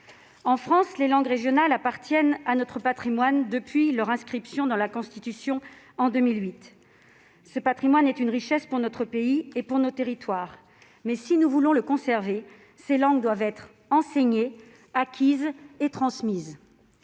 En France, les langues régionales appartiennent à notre patrimoine depuis leur inscription dans la Constitution, en 2008. Ce patrimoine est une richesse pour notre pays et pour nos territoires, mais si nous voulons le conserver, ces langues doivent être enseignées, acquises et transmises.